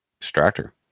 Extractor